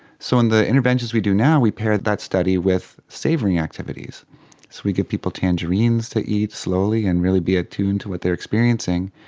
so in the interventions we do now, we paired that study with savouring activities we gave people tangerines to eat slowly and really be attuned to what they are experiencing.